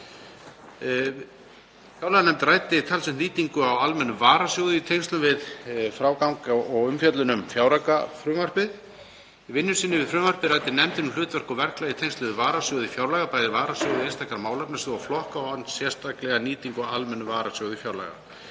Fjárlaganefnd ræddi talsvert nýtingu á almennum varasjóði í tengslum við frágang og umfjöllun um fjáraukalagafrumvarpið. Í vinnu sinni við frumvarpið ræddi nefndin um hlutverk og verklag í tengslum við varasjóði fjárlaga, bæði varasjóði einstakra málefnasviða og flokka og sérstaklega nýtingu á almennum varasjóði fjárlaga.